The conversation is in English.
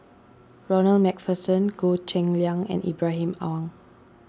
Ronald MacPherson Goh Cheng Liang and Ibrahim Awang